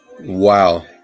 Wow